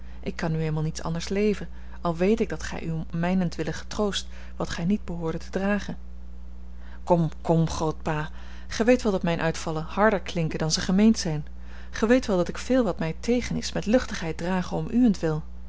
ik kan nu eenmaal niet anders leven al weet ik dat gij u om mijnentwille getroost wat gij niet behoordet te dragen kom kom grootpa gij weet wel dat mijne uitvallen harder klinken dan ze gemeend zijn gij weet wel dat ik veel wat mij tegen is met luchtigheid drage om uwentwil